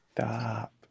Stop